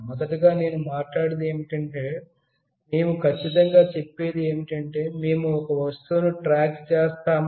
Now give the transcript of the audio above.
మొదటగా నేను మాట్లాడేది ఏమిటంటే మేము ఖచ్చితంగా చెప్పేది ఏమిటంటే మేము ఒక వస్తువును ట్రాక్ చేస్తామని